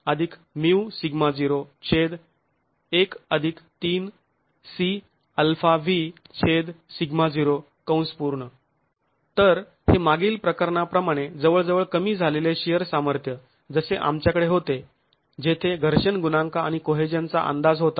तर हे मागील प्रकरणा प्रमाणे जवळजवळ कमी झालेले शिअर सामर्थ्य जसे आमच्याकडे होते जेथे घर्षण गुणांक आणि कोहेजन चा अंदाज होता